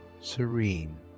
serene